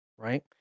Right